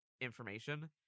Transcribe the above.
information